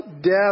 death